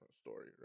story